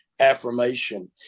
Affirmation